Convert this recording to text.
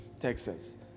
Texas